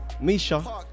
Misha